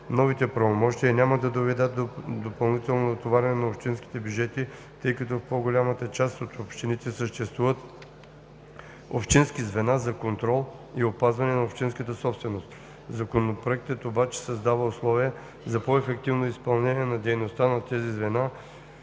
Новите правомощия няма да доведат до допълнително натоварване на общинските бюджети, тъй като в по-голяма част от общините съществуват общински звена за контрол и опазване на общинската собственост. Законопроектът обаче създава условия за по-ефективно изпълнение на дейността на тези звена,